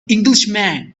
englishman